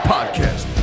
Podcast